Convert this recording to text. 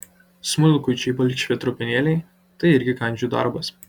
smulkučiai balkšvi trupinėliai tai irgi kandžių darbas